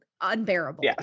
unbearable